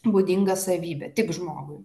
būdinga savybė tik žmogui